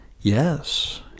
Yes